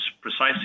precisely